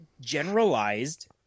generalized